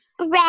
red